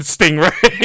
Stingray